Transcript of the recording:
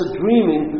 dreaming